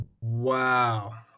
wow